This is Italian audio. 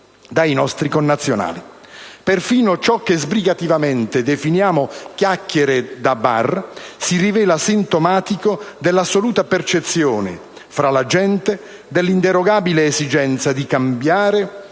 dai nostri connazionali. Perfino ciò che sbrigativamente definiamo "chiacchiere da bar" si rivela sintomatico dell'assoluta percezione fra la gente dell'inderogabile esigenza di cambiare